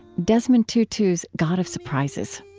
desmond tutu's god of surprises.